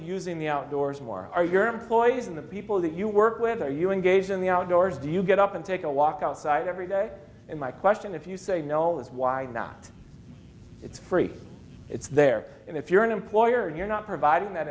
using the outdoors more are your employees and the people that you work with are you engaged in the outdoors do you get up and take a walk outside every day and my question if you say no is why not it's free it's there and if you're an employer and you're not providing that